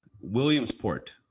Williamsport